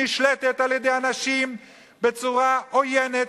נשלטת על-ידי אנשים בצורה עוינת,